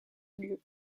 lieu